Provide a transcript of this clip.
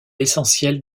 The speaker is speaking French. l’essentiel